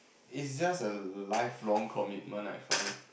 is just a lifelong commitment I find